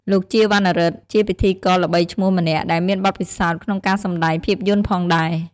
លោក ជា វណ្ណារិទ្ធ ជាពិធីករល្បីឈ្មោះម្នាក់ដែលមានបទពិសោធន៍ក្នុងការសម្តែងភាពយន្តផងដែរ។